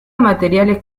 materiales